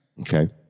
Okay